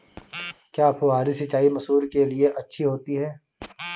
क्या फुहारी सिंचाई मसूर के लिए अच्छी होती है?